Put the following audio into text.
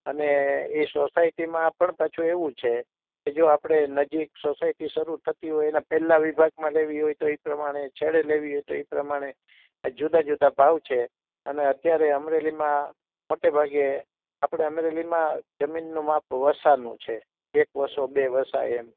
અને એ સોસાયટીમાં આપણને પાછું એવું છે કે જો આપડે નજીક સોસાયટી શરૂ થતી હોયને એના પેલલ વિભાગમાં લેવી હોય તો એ પ્રામાને છેડે લેવી હોય તો ઈ પ્રમાણે એ જુદા જુદા ભાવ છે અને અત્યારે અમરેલીમાં પટેલ વાગે આપડે અમરેલીમાં જમીનનું માપ વસાનું છે એક વસો બે વસા એમ